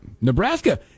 Nebraska